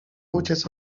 uciec